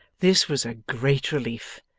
this was a great relief,